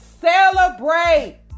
celebrate